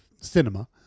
cinema